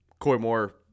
Coymore